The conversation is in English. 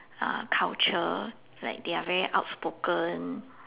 uh culture like they are very outspoken